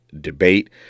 debate